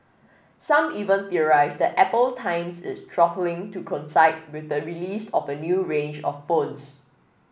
some even theorised that Apple times its throttling to coincide with the released of a new range of phones